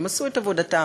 הם עשו את עבודתם,